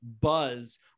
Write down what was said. buzz